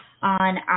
on